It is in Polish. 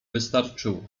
wystarczyło